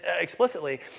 explicitly